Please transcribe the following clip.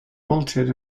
altered